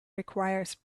requires